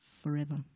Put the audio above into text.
forever